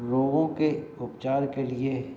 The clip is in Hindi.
रोगों के उपचार के लिए